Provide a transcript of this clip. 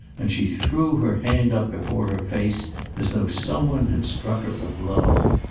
and she threw her hand up before her face as though some one had struck her a blow.